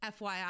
FYI